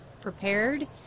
prepared